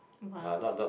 !wow!